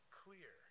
clear